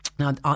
Now